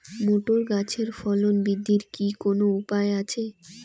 Motor গাছের ফলন বৃদ্ধির কি কোনো উপায় আছে?